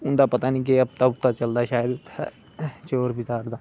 उंदा पता नेई केह् हफ्ता हफ्ता चलदा शैल उत्थै चोर बचार दा